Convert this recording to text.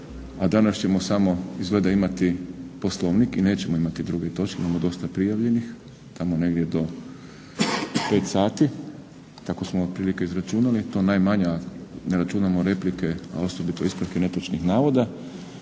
a danas ćemo samo izgleda imati Poslovnik i nećemo imati druge točke. Imamo dosta prijavljenih, tamo negdje do 5 sati tako smo otprilike izračunali. To najmanje, ali ne računamo replike, a osobito ispravke netočnih navoda.